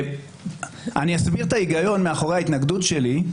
אני אסביר את ההיגיון מאחורי ההתנגדות שלי.